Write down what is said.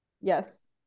Yes